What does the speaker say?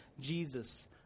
Jesus